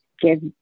give